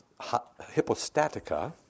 hypostatica